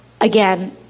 again